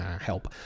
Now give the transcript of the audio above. Help